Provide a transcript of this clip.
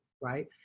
right